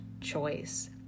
choice